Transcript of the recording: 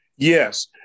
Yes